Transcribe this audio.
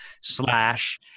slash